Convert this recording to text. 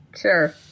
Sure